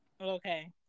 Okay